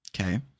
okay